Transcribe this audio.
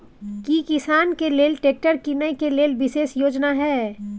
की किसान के लेल ट्रैक्टर कीनय के लेल विशेष योजना हय?